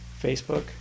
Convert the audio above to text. Facebook